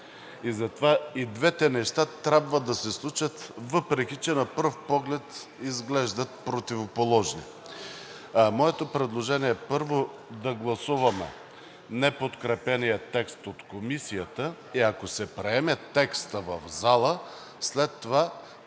и двете неща трябва да се случат, въпреки че на пръв поглед изглеждат противоположни. Моето предложение е първо да гласуваме неподкрепения текст от Комисията и ако се приеме текстът в залата, след това и